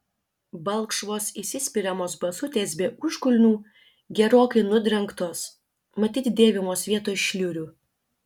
balkšvos įsispiriamos basutės be užkulnių gerokai nudrengtos matyt dėvimos vietoj šliurių